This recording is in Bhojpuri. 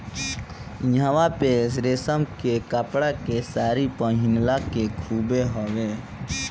इहवां पे रेशम के कपड़ा के सारी पहिनला के खूबे हवे